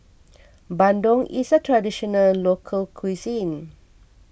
Bandung is a Traditional Local Cuisine